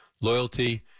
loyalty